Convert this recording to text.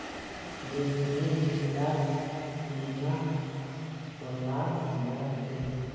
रेशमेर कीड़ाक केनना पलाल जा छेक